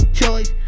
choice